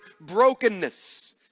brokenness